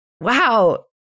Wow